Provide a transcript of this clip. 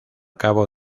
cabo